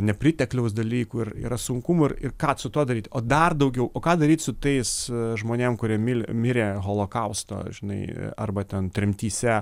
nepritekliaus dalykų ir yra sunkumų ir ir ką su tuo daryti o dar daugiau o ką daryt su tais žmonėm kurie mil mirė holokausto žinai arba ten tremtyse